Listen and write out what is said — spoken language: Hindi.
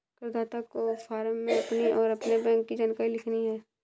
करदाता को फॉर्म में अपनी और अपने बैंक की जानकारी लिखनी है